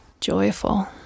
joyful